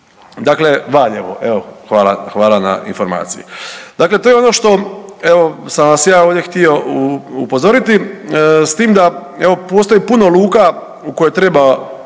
Dakle, Valjevo, evo hvala na informaciji. Dakle, to je ono što evo sam vas ja ovdje htio upozoriti s tim da evo postoji puno luka u koje treba